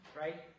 right